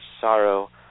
sorrow